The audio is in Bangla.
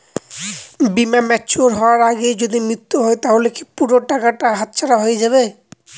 বীমা ম্যাচিওর হয়ার আগেই যদি মৃত্যু হয় তাহলে কি পুরো টাকাটা হাতছাড়া হয়ে যাবে?